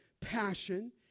Passion